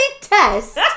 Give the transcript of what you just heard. test